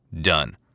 Done